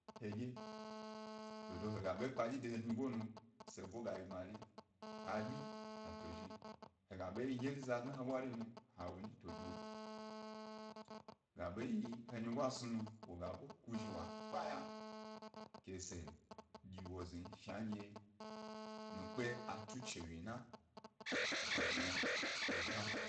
He dye, dodo he ga ḃe kpe dyi de he mygo nu, se ḃu ga yi gbmari, ha bi aga tozhi, ha ga ḃe yi geri za dna he bwari nu, he wo nyi to gi wo, gayi dye he nyigo a snu nu woga ebu kuzhi wa kpeya, ke se dyi wo zen shandye mi kpe dye a tuchiwyina ga yi yna wo hna.